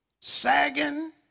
sagging